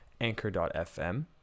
anchor.fm